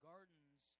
Gardens